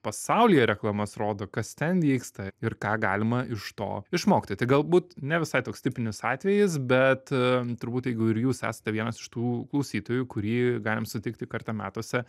pasaulyje reklamas rodo kas ten vyksta ir ką galima iš to išmokti tai galbūt nevisai toks tipinis atvejis bet turbūt jeigu ir jūs esate vienas iš tų klausytojų kurį galim sutikti kartą metuose